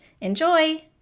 enjoy